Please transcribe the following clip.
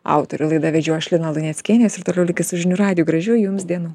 autorių laidą vedžiau aš lina luneckienės jūs ir toliau likit su žinių radiju gražių jums dienų